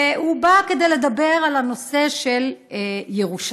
והוא בא כדי לדבר על הנושא של ירושלים,